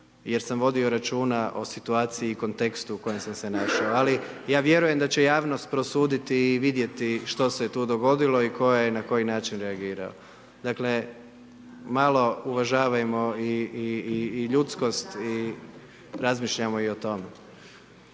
jer sam vodio računa o situaciji i kontekstu u kojem sam se našao ali ja vjerujem da će javnost prosuditi i vidjeti što se je tu dogodilo i tko je na koji način reagirao. Dakle, malo uvažavajmo i ljudskost i razmišljajmo i o tome.